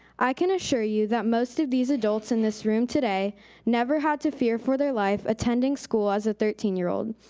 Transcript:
i can assure you that most of these adults in this room today never had to fear for their life attending school as a thirteen year old,